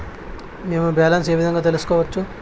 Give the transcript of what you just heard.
మేము బ్యాలెన్స్ ఏ విధంగా తెలుసుకోవచ్చు?